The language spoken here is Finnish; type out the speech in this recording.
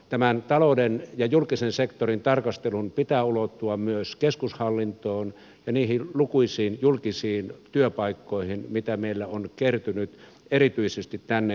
tämän talouden ja julkisen sektorin tarkastelun pitää ulottua myös keskushallintoon ja niihin lukuisiin julkisiin työpaikkoihin mitä meillä on kertynyt erityisesti tänne uudellemaalle